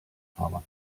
fahrbahn